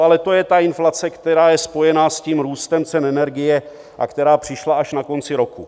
Ale to je ta inflace, která je spojena s tím růstem cen energie a která přišla až na konci roku.